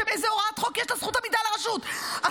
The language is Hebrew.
בשם איזו הוראת חוק יש לה, לרשות, זכות עמידה?